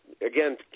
again